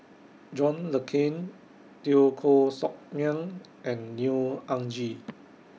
John Le Cain Teo Koh Sock Miang and Neo Anngee